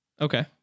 Okay